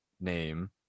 name